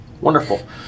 Wonderful